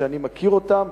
שאני מכיר אותם,